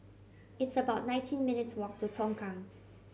it's about nineteen minutes' walk to Tongkang